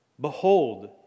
Behold